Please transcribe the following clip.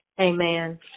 Amen